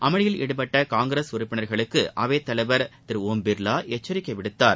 அமளியில் ஈடுபட்ட காங்கிரஸ் உறுப்பினர்களுக்கு அவைத்தலைவர் திரு ஒம் பிர்வா எச்சரிக்கை விடுத்தார்